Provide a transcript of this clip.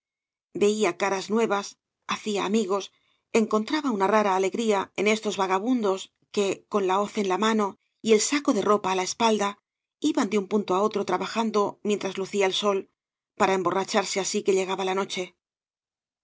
veía caras nuevas hacía amigos encontraba una rara alegría en estos vagabundos que con la hoz en la mano y el saco de ropa á la espalda iban de un punto á otro trabajando mientras lucía el sol para emborracharse así que llegaba la noche